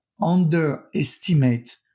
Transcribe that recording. underestimate